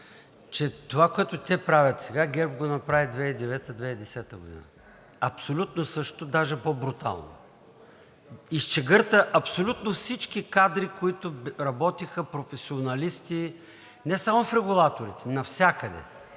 че това, което те правят сега, ГЕРБ го направи 2009 – 2010 г. Абсолютно същото, даже по-брутално. Изчегърта абсолютно всички кадри, които работиха, професионалисти, не само в регулаторите, навсякъде.